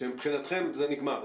שמבחינתכם זה נגמר.